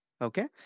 okay